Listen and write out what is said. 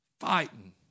Fighting